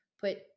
put